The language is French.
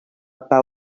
pas